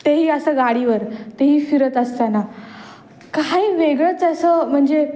तेही असं गाडीवर तेही फिरत असताना काय वेगळंच असं म्हणजे